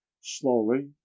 slowly